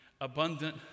abundant